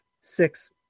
six